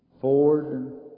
Ford